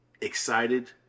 Excited